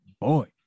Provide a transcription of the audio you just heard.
boy